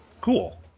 cool